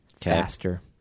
faster